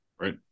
Right